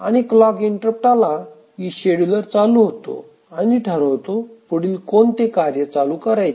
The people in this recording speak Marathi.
आणि क्लॉक इंटरप्ट आला कि शेड्युलर चालू होतो आणि ठरवतो पुढील कोणते कार्य चालू करायचे